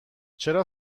چرا